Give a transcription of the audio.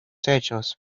hechos